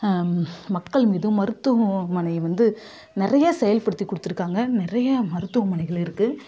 மக்கள் மீதும் மருத்துவமனை வந்து நிறையா செயல்படுத்தி கொடுத்துருக்காங்க நிறையா மருத்துவமனைகள் இருக்குது